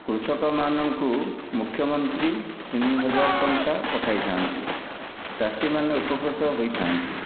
କୃଷକ ମାନଙ୍କୁ ମୁଖ୍ୟମନ୍ତ୍ରୀ ତିନି ହଜାର ଟଙ୍କା ପଠାଇଥାନ୍ତି ଚାଷୀମାନେ ଉପକୃତ ହୋଇଥାନ୍ତି